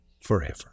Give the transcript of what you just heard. forever